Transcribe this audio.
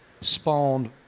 spawned